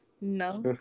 No